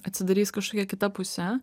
atsidarys kažkokia kita puse